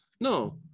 No